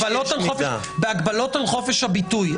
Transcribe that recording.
בהגבלות על חופש הביטוי,